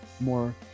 more